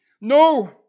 No